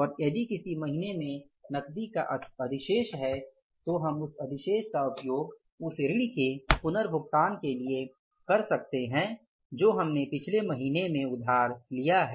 और यदि किसी महीने में नकदी का अधिशेष है तो हम उस अधिशेष का उपयोग उस ऋण के पुनर्भुगतान के लिए कर सकते हैं जो हमने पिछले महीने में उधार लिया है